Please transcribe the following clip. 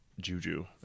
Juju